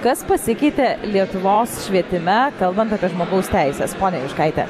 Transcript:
kas pasikeitė lietuvos švietime kalbant apie žmogaus teises ponia juškaite